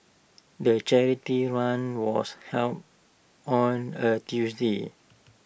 the charity run was held on A Tuesday